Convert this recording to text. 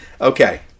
Okay